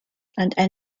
and